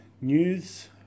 news